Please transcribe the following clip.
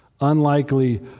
Unlikely